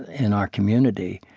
in our community,